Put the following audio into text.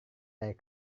dari